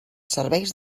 serveis